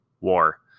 War